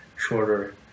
shorter